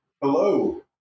Hello